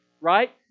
right